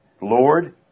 Lord